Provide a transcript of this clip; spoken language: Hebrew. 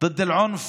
נגד האלימות